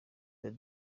day